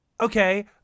Okay